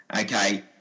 okay